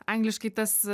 angliškai tas